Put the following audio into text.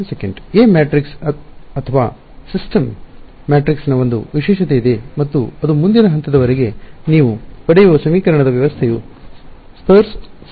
A matrix ಅಥವಾ system ಮ್ಯಾಟ್ರಿಕ್ಸ್ನ ಒಂದು ವಿಶೇಷತೆಯಿದೆ ಮತ್ತು ಅದು ಮುಂದಿನ ಹಂತವೆಂದರೆ ನೀವು ಪಡೆಯುವ ಸಮೀಕರಣದ ವ್ಯವಸ್ಥೆಯು ವಿರಳವಾಗಿ ಸ್ಪರ್ಸ್ ಸರಿ